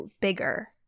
bigger